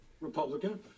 republican